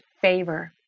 favor